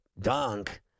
dunk